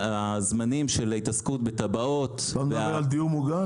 אתה מדבר על דיור מוגן?